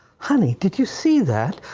honey did you see that.